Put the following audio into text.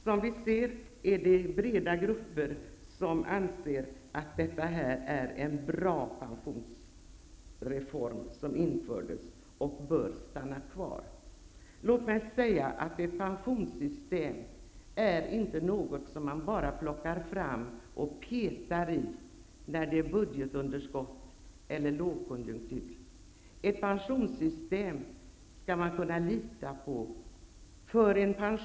Som vi ser är det breda grupper som anser att den införda pensionsreformen är bra, och att den bör stanna kvar. Ett pensionssystem är inte något som man plockar fram och petar i vid budgetunderskott eller under lågkonjunktur. Ett pensionssystem skall vara tillförlitligt.